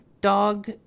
dog